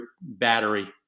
battery